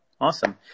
Awesome